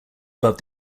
above